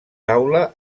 taula